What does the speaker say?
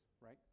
right